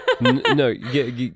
No